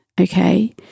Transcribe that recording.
okay